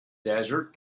desert